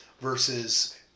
versus